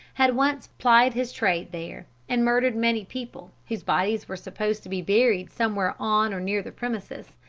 had once plied his trade there and murdered many people, whose bodies were supposed to be buried somewhere on or near the premises.